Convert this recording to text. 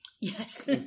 Yes